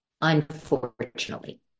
unfortunately